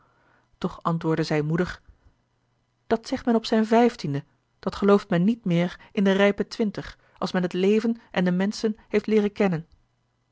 toch antwoordde zij moedig dat zegt men op zijn vijftiende dat gelooft men niet meer in de rijpe twintig als men het leven en de menschen heeft leeren kennen